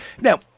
Now